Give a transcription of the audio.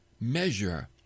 measure